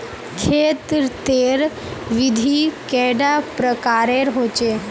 खेत तेर विधि कैडा प्रकारेर होचे?